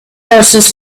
verses